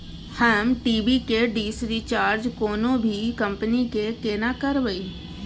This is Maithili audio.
हम टी.वी के डिश रिचार्ज कोनो भी कंपनी के केना करबे?